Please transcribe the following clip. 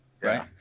right